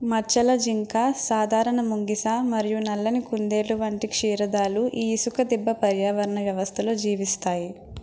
మచ్చల జింక సాధారణ ముంగిస మరియు నల్లని కుందేలు వంటి క్షీరదాలు ఈ ఇసుక దిబ్బ పర్యావరణ వ్యవస్థలో జీవిస్తాయి